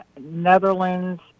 Netherlands